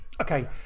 Okay